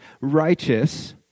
righteous